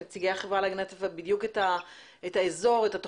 לנו נציגי החברה להגנת הטבע ובה הציגו לנו את האזור ואת התכניות.